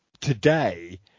today